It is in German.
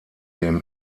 dem